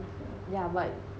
yeah but